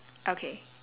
okay